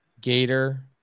Gator